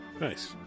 Nice